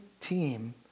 team